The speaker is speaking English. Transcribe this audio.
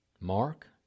Mark